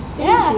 ya